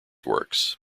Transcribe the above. works